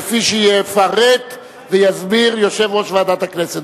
כפי שיפרט ויסביר יושב-ראש ועדת הכנסת.